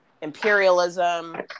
imperialism